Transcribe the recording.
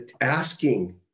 asking